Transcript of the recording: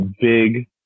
big